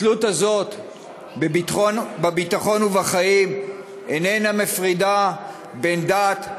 התלות הזאת בביטחון ובחיים איננה מפרידה בין דת,